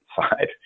side